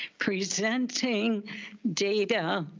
presenting data.